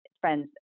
friends